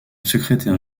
secrétaire